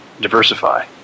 diversify